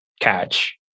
catch